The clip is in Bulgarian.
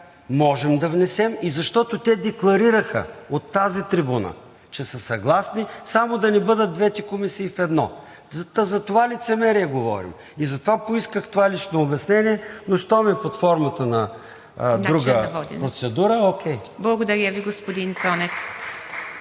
можем да внесем, и защото те декларираха от тази трибуна, че са съгласни, само да не бъдат двете комисии в едно. Та за това лицемерие говорим. И затова поисках лично обяснение, но щом е под формата на друга процедура… ПРЕДСЕДАТЕЛ ИВА МИТЕВА: По